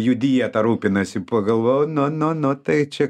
jų dieta rūpinasi pagalvojau nu nu nu tai čia